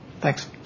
Thanks